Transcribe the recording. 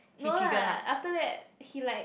no lah after that he like